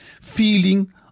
feeling